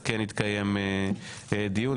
אז כן יתקיים דיון,